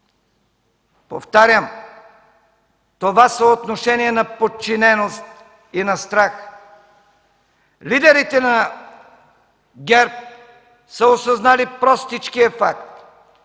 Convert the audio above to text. Повтарям – това съотношение на подчиненост и на страх. Лидерите на ГЕРБ са осъзнали простичкия факт,